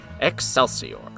Excelsior